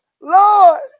lord